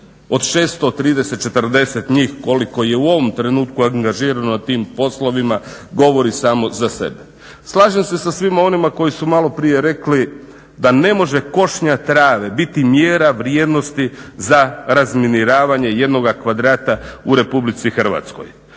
od 630, 40 njih koliko je u ovom trenutku angažirano na tim poslovima govori samo za sebe. Slažem se sa svima onima koji su malo prije rekli da ne može košnja trave biti mjera vrijednosti za razminiravanje jednoga kvadrata u RH. ostalo